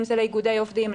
אם זה לאיגודי עובדים,